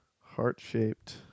heart-shaped